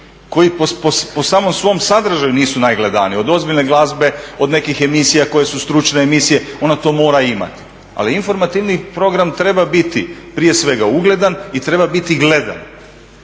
koji po samom svom sadržaju nisu najgledaniji od ozbiljne glazbe, od nekih emisija koje su stručne emisije, ona to mora imati. Ali informativni program treba biti prije svega ugledan i treba biti gledan.